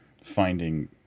finding